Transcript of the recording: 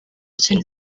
zina